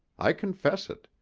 i confess it.